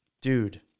Dude